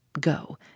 Go